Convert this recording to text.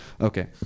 Okay